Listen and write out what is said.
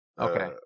Okay